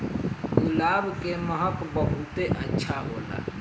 गुलाब के महक बहुते अच्छा होला